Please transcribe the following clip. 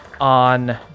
on